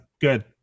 Good